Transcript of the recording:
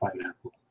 pineapple